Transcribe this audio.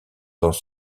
dans